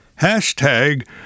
hashtag